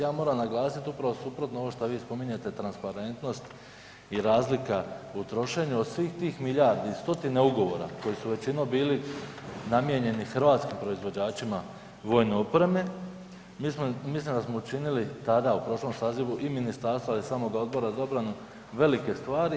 Ja moram naglasiti upravo suprotno ovo što vi spominjete transparentnost i razlika u trošenju, od svih tih milijardi i stotine ugovora koji su većinom bili namijenjeni hrvatskim proizvođačima vojne opreme mislim da smo učinili tada u prošlom sazivu i ministarstva i samog Odbora za obranu velike stvari.